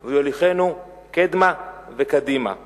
הרעימה,/ ויוליכנו קדמה וקדימה/